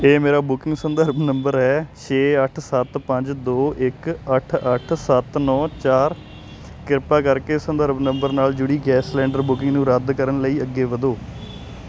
ਇਹ ਮੇਰਾ ਬੁਕਿੰਗ ਸੰਦਰਭ ਨੰਬਰ ਹੈ ਛੇ ਅੱਠ ਸੱਤ ਪੰਜ ਦੋ ਇੱਕ ਅੱਠ ਅੱਠ ਸੱਤ ਨੌਂ ਚਾਰ ਕਿਰਪਾ ਕਰਕੇ ਸੰਦਰਭ ਨੰਬਰ ਨਾਲ ਜੁੜੀ ਗੈਸ ਸਿਲੰਡਰ ਬੁਕਿੰਗ ਨੂੰ ਰੱਦ ਕਰਨ ਲਈ ਅੱਗੇ ਵਧੋ